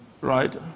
Right